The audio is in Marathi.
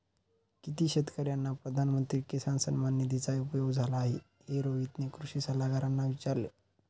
किती शेतकर्यांना प्रधानमंत्री किसान सन्मान निधीचा उपयोग झाला आहे, हे रोहितने कृषी सल्लागारांना विचारले